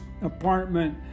apartment